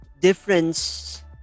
difference